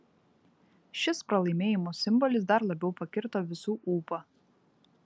šis pralaimėjimo simbolis dar labiau pakirto visų ūpą